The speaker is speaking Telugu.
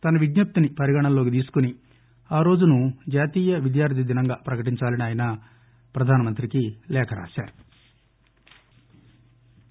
తన విజ్ఞప్తిని పరిగణనలోకి తీసుకుని ఆరోజును జాతీయ విద్యార్థి దినంగా ప్రకటించాలని ఆయన ప్రధానమంత్రికి లేఖ రాశారు